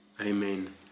Amen